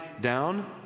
down